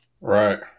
Right